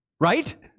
Right